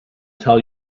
tell